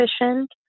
efficient